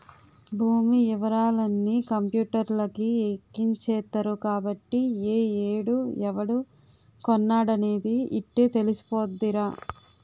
భూమి యివరాలన్నీ కంపూటర్లకి ఎక్కించేత్తరు కాబట్టి ఏ ఏడు ఎవడు కొన్నాడనేది యిట్టే తెలిసిపోద్దిరా